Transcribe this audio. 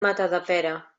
matadepera